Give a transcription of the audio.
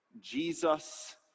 jesus